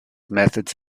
methods